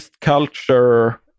culture